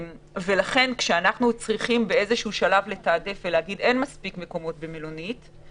כשאנחנו צריכים לתעדף כי אין מספיק מקומות במלוניות,